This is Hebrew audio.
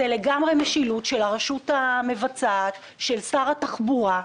זו בעיה במשילות של הרשות המבצעת ושל שר התחבורה.